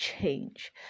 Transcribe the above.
change